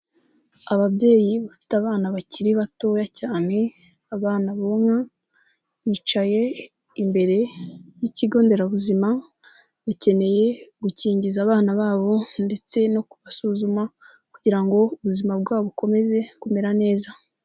Ababyeyi bafite abana bakiri batoya cyane, abana bonka bicaye imbere y'ikigo nderabuzima, bakeneye gukingiza abana babo ndetse no kubasuzuma kugirango ngo ubuzima bwabo bukomeze kumera neza.